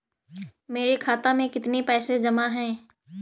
मेरे खाता में कितनी पैसे जमा हैं?